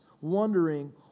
wondering